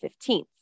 15th